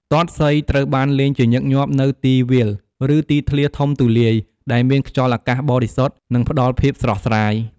ទាត់សីត្រូវបានលេងជាញឹកញាប់នៅទីវាល ឬទីធ្លាធំទូលាយ ដែលមានខ្យល់អាកាសបរិសុទ្ធ និងផ្ដល់ភាពស្រស់ស្រាយ។